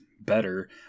better